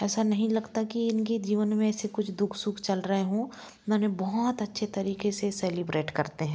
ऐसा नहीं लगता कि उनकी जीवन में से कुछ दुख सुख चल रहे हो इन्होंने बहुत अच्छे तरीके से सेलिब्रेट करते हैं